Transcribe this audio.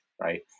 Right